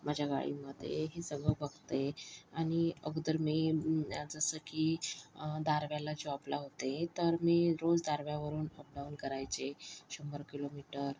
माझ्या गाडीमध्ये हे सगळं बघते आणि अगोदर मी जसं की दार्व्याला जॉबला होते तर मी रोज दार्व्यावरून अपडाऊन करायचे शंभर किलोमीटर